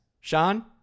Sean